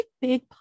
big